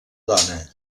dona